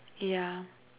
yeah